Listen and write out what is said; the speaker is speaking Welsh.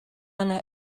yna